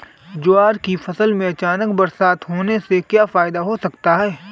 ज्वार की फसल में अचानक बरसात होने से क्या फायदा हो सकता है?